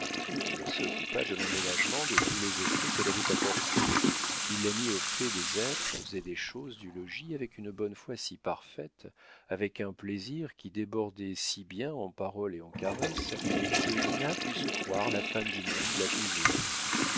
il s'occupa de l'emménagement de tous les effets qu'elle avait apportés il la mit au fait des êtres et des choses du logis avec une bonne foi si parfaite avec un plaisir qui débordait si bien en paroles et en caresses que dinah put se croire la femme du monde la plus aimée